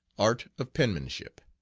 art of penmanship.